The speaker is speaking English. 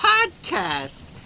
Podcast